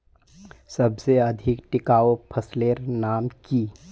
सबसे अधिक टिकाऊ फसलेर नाम की?